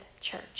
church